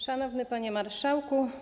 Szanowny Panie Marszałku!